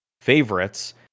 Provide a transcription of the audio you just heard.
favorites